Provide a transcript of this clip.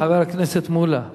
חבר הכנסת מולה,